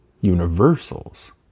universals